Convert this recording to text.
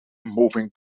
moving